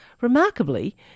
Remarkably